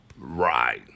Right